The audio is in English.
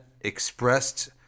expressed